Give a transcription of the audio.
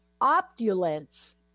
opulence